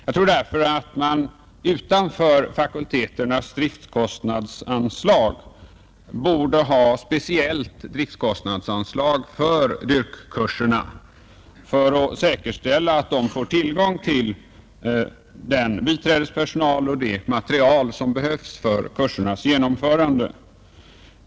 Jag tror därför att man utanför fakulteternas driftkostnadsanslag borde ha ett speciellt driftkostnadsanslag för DYRK-kurserna för att säkerställa tillgång för dem till den biträdespersonal och det material som behövs för att genomföra kurserna.